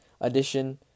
edition